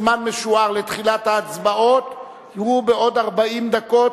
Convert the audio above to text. זמן משוער לתחילת ההצבעות הוא עוד 40 דקות,